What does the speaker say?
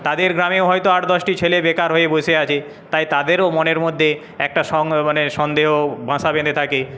তাদের গ্রামে হয়তো আট দশটি ছেলে বেকার হয়ে বসে আছে তাই তাদেরও মনের মধ্যে মানে একটা মানে সন্দেহ বাসা বেঁধে থাকে